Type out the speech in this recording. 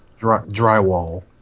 Drywall